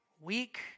weak